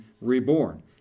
reborn